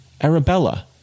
Arabella